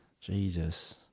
Jesus